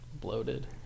bloated